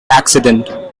accident